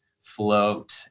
float